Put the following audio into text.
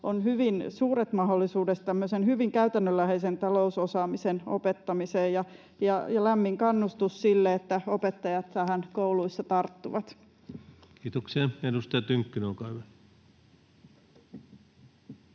on hyvin suuret mahdollisuudet tämmöisen hyvin käytännönläheisen talousosaamisen opettamiseen, ja lämmin kannustus sille, että opettajat tähän kouluissa tarttuvat. [Speech 244] Speaker: Ensimmäinen